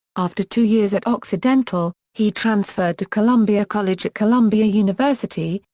after two years at occidental, he transferred to columbia college at columbia university,